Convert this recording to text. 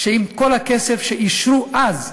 אם את כל הכסף שאישרו אז,